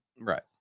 Right